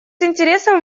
интересом